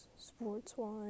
sports-wise